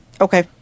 Okay